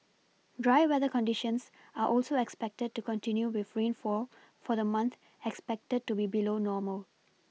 dry weather conditions are also expected to continue with rainfall for the month expected to be below normal